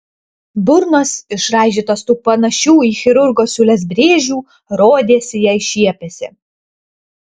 burnos išraižytos tų panašių į chirurgo siūles brėžių rodėsi jai šiepiasi